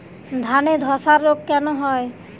ধানে ধসা রোগ কেন হয়?